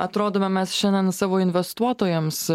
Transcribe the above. atrodome mes šiandien savo investuotojams